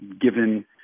given